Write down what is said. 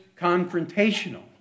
confrontational